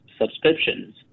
subscriptions